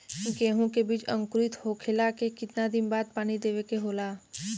गेहूँ के बिज अंकुरित होखेला के कितना दिन बाद पानी देवे के होखेला?